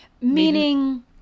Meaning